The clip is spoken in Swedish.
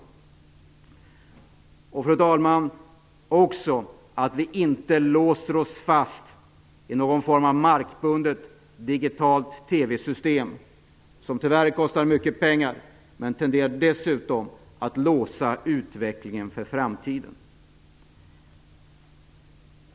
Dessutom, fru talman, måste vi se till att vi inte låser oss fast i någon form av markbundet digitalt TV system, som tyvärr kostar mycket pengar men därtill tenderar att låsa utvecklingen för framtiden.